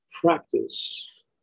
Practice